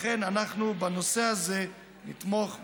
לכן, בנושא הזה נתמוך בהצעה.